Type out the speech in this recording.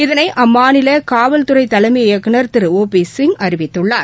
இதனை அம்மாநில காவல் துறை தலைமை இயக்குநர் திரு ஒ பி சிங் அறிவித்துள்ளார்